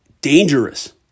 dangerous